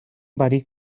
barik